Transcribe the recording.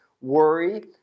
worry